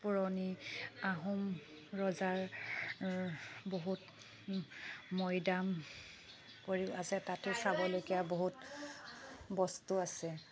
পুৰণি আহোম ৰজাৰ বহুত মৈদাম পৰি আছে তাতে চাবলগীয়া বহুত বস্তু আছে